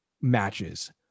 matches